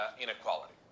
inequality